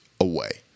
away